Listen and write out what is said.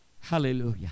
Hallelujah